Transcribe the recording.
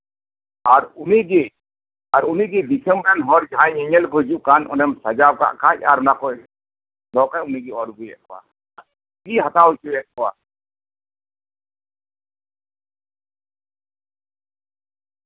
ᱟᱨ ᱩᱱᱤᱜᱮ ᱩᱱᱤ ᱜᱮ ᱡᱟᱦᱟᱸᱭ ᱫᱤᱥᱚᱢ ᱨᱮᱱ ᱦᱚᱲ ᱡᱟᱦᱟᱸᱭ ᱧᱮᱧᱮᱞ ᱠᱚ ᱦᱤᱡᱩᱜ ᱠᱟᱱ ᱠᱷᱟᱡ ᱟᱨ ᱮᱢ ᱥᱟᱡᱟᱣ ᱠᱟᱜ ᱠᱷᱟᱡ ᱩᱱᱤᱜᱮᱭ ᱚᱨ ᱟᱹᱜᱩᱭᱮᱫ ᱥᱮᱭ ᱦᱟᱛᱟᱣ ᱦᱚᱪᱩᱭᱮᱫ ᱠᱚᱣᱟ